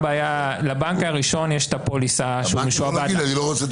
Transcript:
לבנק הראשון יש את הפוליסה שהוא משועבד לה --- לא.